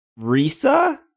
Risa